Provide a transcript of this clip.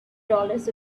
dollars